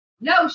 No